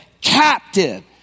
captive